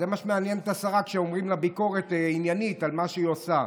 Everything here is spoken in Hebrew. זה מה שמעניין את השרה כשאומרים לה ביקורת עניינית על מה שהיא עושה.